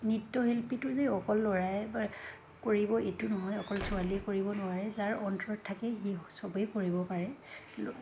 নৃত্যশিল্পীটো যে অকল ল'ৰাই কৰিব এইটো নহয় অকল ছোৱালীয়ে কৰিব নোৱাৰে যাৰ অন্তৰত থাকে সি সবেই কৰিব পাৰে ল